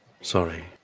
Sorry